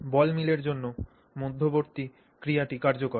বল মিলের জন্য মধ্যবর্তী ক্রিয়াটি কার্যকর